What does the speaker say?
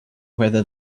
whether